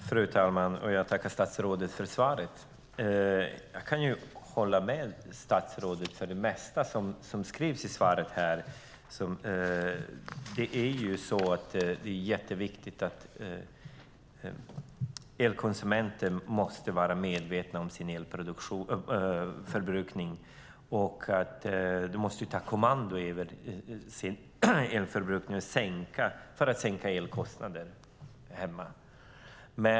Fru talman! Jag tackar statsrådet för svaret. Jag kan hålla med statsrådet om det mesta i svaret. Det är jätteviktigt att elkonsumenter måste vara medvetna om sin elförbrukning. De måste ta kommandot över sin elförbrukning för att sänka elkostnaden hemma.